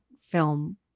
film